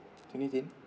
twenty eighteen